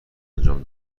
انجام